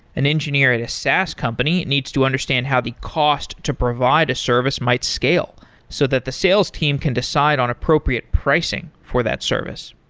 an engineer at a saas company needs to understand how the cost to provide a service might scale so that the sales team can decide on appropriate pricing for that service.